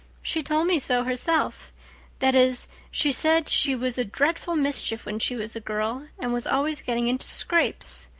she told me so herself that is, she said she was a dreadful mischief when she was a girl and was always getting into scrapes.